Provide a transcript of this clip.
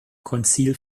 konzil